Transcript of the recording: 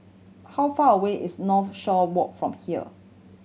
how far away is Northshore Walk from here